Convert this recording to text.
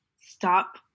stop